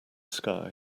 sky